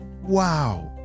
Wow